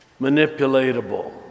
manipulatable